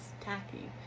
tacky